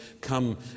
Come